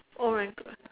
oh my God